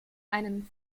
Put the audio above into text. einem